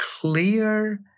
clear